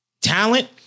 talent